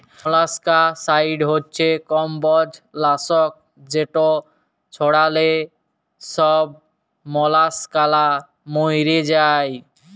molluscicide হছে কমবজ লাসক যেট ছড়াল্যে ছব মলাসকালা ম্যইরে যায়